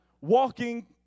walking